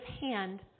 hand